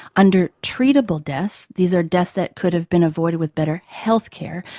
under treatable deaths, these are deaths that could have been avoided with better healthcare,